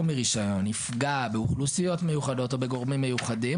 מרישיון יפגע באוכלוסיות מיוחדות או בגורמים מיוחדים,